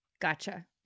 Gotcha